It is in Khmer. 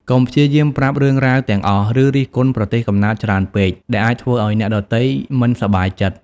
កុំព្យាយាមប្រាប់រឿងរ៉ាវទាំងអស់ ឬរិះគន់ប្រទេសកំណើតច្រើនពេក ដែលអាចធ្វើឱ្យអ្នកដទៃមិនសប្បាយចិត្ត។